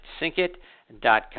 SyncIt.com